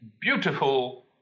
beautiful